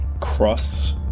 cross